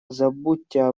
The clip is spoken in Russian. забудьте